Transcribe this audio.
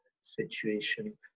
situation